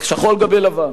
ואגב,